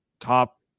top